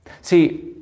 See